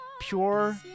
pure